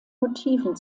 motiven